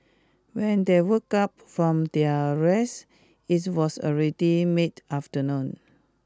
when they woke up from their rest it was already mid afternoon